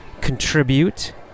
contribute